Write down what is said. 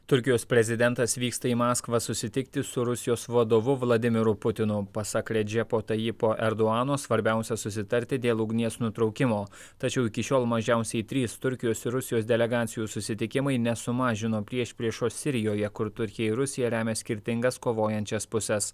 turkijos prezidentas vyksta į maskvą susitikti su rusijos vadovu vladimiru putinu pasak redžepo tajipo erdoano svarbiausia susitarti dėl ugnies nutraukimo tačiau iki šiol mažiausiai trys turkijos ir rusijos delegacijų susitikimai nesumažino priešpriešos sirijoje kur turkija ir rusija remia skirtingas kovojančias puses